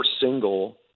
single